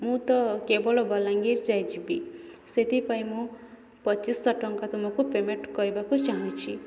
ମୁଁ ତ କେବଳ ବଲାଙ୍ଗୀର ଯାଏଁ ଯିବି ସେଥିପାଇଁ ମୁଁ ପଚିଶଶହ ଟଙ୍କା ତୁମକୁ ପେମେଣ୍ଟ୍ କରିବାକୁ ଚାହୁଁଛି